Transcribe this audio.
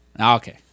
Okay